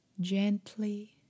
gently